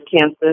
cancer